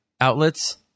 outlets